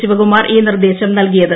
ശിവകുമാർ ഈ നിർദ്ദേശം നൽകിയത്